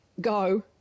go